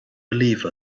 believe